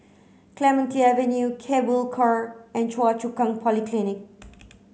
Clementi Avenue Cable Car and Choa Chu Kang Polyclinic